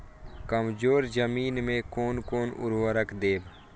कमजोर जमीन में कोन कोन उर्वरक देब?